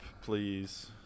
please